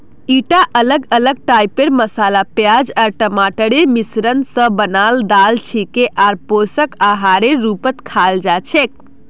ईटा अलग अलग टाइपेर मसाला प्याज आर टमाटरेर मिश्रण स बनवार दाल छिके आर पोषक आहारेर रूपत खाल जा छेक